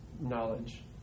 knowledge